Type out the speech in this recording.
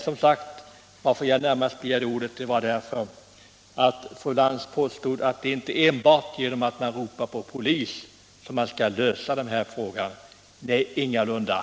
Jag begärde ordet närmast därför att fru Lantz påstår att man inte kan lösa problemet enbart genom att ropa på polis. Nej, ingalunda.